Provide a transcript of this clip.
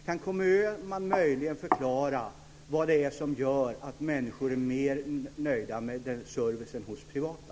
Kan Conny Öhman möjligen förklara vad det är som gör att människor är mer nöjda med servicen hos de privata?